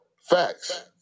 Facts